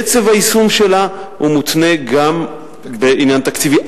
קצב היישום שלה מותנה גם בעניין תקציבי,